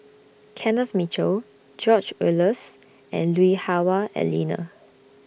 Kenneth Mitchell George Oehlers and Lui Hah Wah Elena